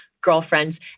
girlfriends